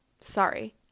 Sorry